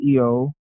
CEO